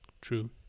True